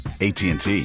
ATT